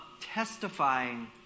testifying